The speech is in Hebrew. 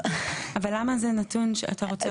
אבל למה זה נתון שאתה רוצה?